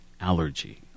allergy